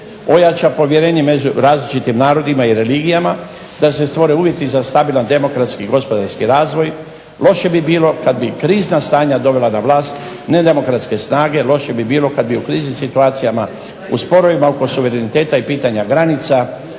ojača povjerenje među različitim narodima i religijama da se stvore uvjeti za stabilan demokratski i gospodarski razvoj, loše bi bilo kada bi krizna stanja dovela na vlast nedemokratske snage, loše bi bilo kada bi u kriznim situacijama u sporovima oko suvereniteta i pitanja granica,